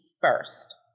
first